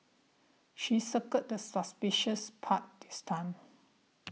she circled the suspicious part this time